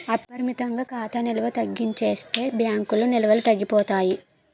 అపరిమితంగా ఖాతా నిల్వ తగ్గించేస్తే బ్యాంకుల్లో నిల్వలు తగ్గిపోతాయి